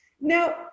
Now